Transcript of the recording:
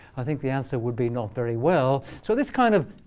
i think the answer would be not very well. so this kind of